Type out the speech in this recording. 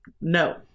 No